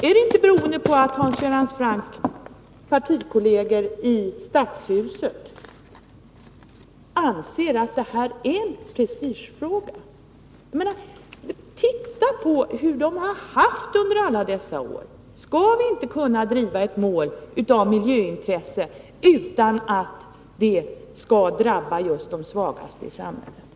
Är det inte beroende på att Hans Göran Francks partikolleger i Stadshuset anser att det här är en prestigefråga? Titta på hur barnen har haft det under alla dessa år! Skall vi inte kunna driva ett mål av miljöintresse utan att det skall drabba just de svagaste i samhället?